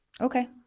okay